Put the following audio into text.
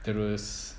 terus